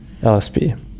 lsp